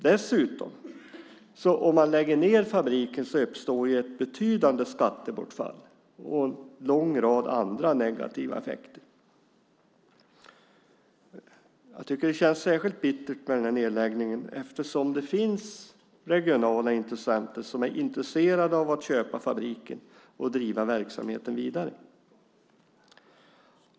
Dessutom, om man lägger ned fabriken uppstår ett betydande skattebortfall och en lång rad andra negativa effekter. Jag tycker att det känns särskilt bittert med nedläggningen eftersom det finns regionala intressenter som är intresserade av att köpa fabriken och driva verksamheten vidare.